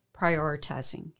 prioritizing